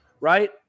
Right